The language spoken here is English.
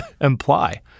imply